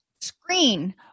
Screen